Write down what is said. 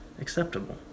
acceptable